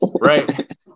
Right